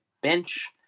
bench